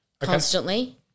constantly